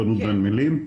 והנמלים.